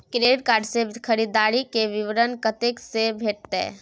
Credit card से खरीददारी के विवरण कत्ते से भेटतै?